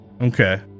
okay